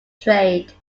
trade